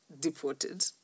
deported